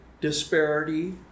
disparity